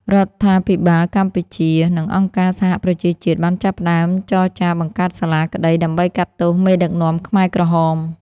រដ្ឋាភិបាលកម្ពុជា និងអង្គការសហប្រជាជាតិបានចាប់ផ្ដើមចរចាបង្កើតសាលាក្ដីដើម្បីកាត់ទោសមេដឹកនាំខ្មែរក្រហម។